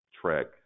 TREK